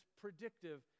predictive